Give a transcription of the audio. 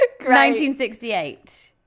1968